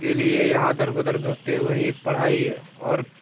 के लिए यहाँ दर बदर भटके वहीं पढ़ाई और